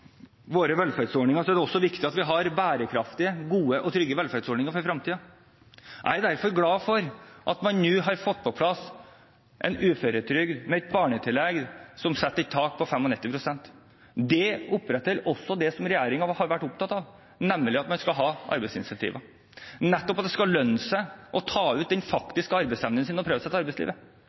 våre velferdsordninger, er det også viktig at vi har bærekraftige, gode og trygge velferdsordninger for fremtiden. Jeg er derfor glad for at man nå har fått på plass en uføretrygd med et barnetillegg som setter et tak på 95 pst. Det oppretter også det som regjeringen har vært opptatt av, nemlig at man skal ha arbeidsincentiver, at det skal lønne seg å ta ut den faktiske arbeidsevnen sin og prøve seg i arbeidslivet.